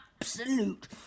absolute